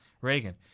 Reagan